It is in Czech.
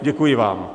Děkuji vám.